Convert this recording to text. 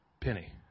Penny